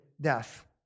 death